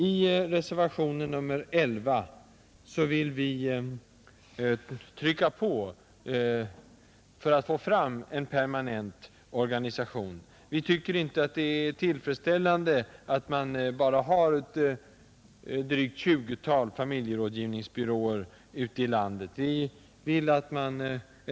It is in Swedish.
I reservationen 11 vill man trycka på för att få en permanent organisation, Man tycker inte att det är tillfredsställande att det bara finns ett drygt tjugotal familjerådgivningsbyråer i landet.